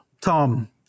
Tom